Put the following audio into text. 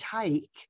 take